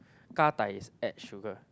gah-dai is add sugar